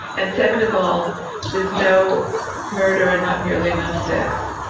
and second of all there's no murder and not nearly enough sex.